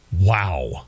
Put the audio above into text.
Wow